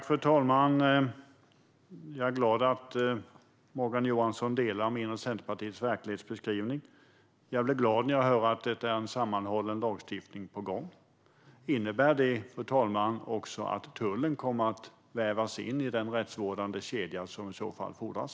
Fru talman! Jag är glad att Morgan Johansson delar min och Centerpartiets verklighetsbeskrivning. Jag blir glad när jag hör att en sammanhållning lagstiftning är på gång. Innebär det, fru talman, att tullen också kommer att vävas in i den rättsvårdande kedja som i så fall fordras?